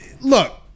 look